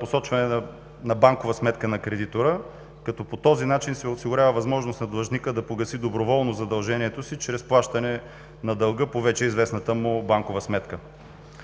посочване на банкова сметка на кредитора, като по този начин се осигурява възможност на длъжника да погаси доброволно задължението си чрез плащане на дълга по вече известната му банкова сметка.